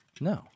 No